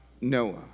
Noah